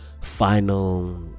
final